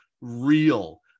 real